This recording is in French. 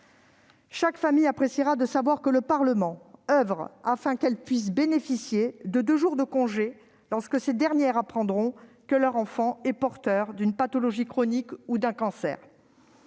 Ces familles apprécieront de savoir que le Parlement oeuvre afin qu'elles puissent bénéficier de deux jours de congé lorsqu'elles apprennent que leur enfant est atteint d'une pathologie chronique ou d'un cancer.